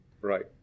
Right